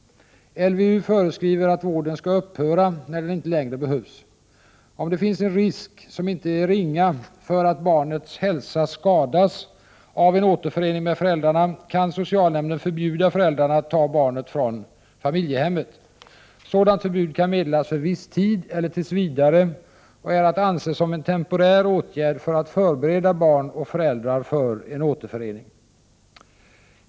LVU föreskriver att vården skall upphöra när den inte längre behövs. Om det finns en risk som inte är ringa för att barnets hälsa skadas av en återförening med föräldrarna kan socialnämnden förbjuda föräldrarna att ta barnet från familjehemmet. Sådant förbud kan meddelas för viss tid eller tills vidare och är att anse som en temporär åtgärd för att förbereda barn och föräldrar för en återförening.